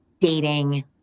dating